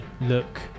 look